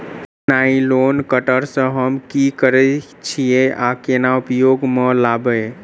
Nylon cutter सँ हम की करै छीयै आ केना उपयोग म लाबबै?